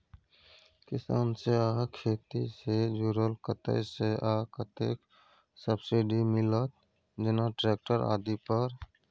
किसान से आ खेती से जुरल कतय से आ कतेक सबसिडी मिलत, जेना ट्रैक्टर आदि पर?